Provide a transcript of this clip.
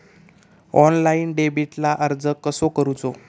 Online डेबिटला अर्ज कसो करूचो?